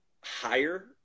higher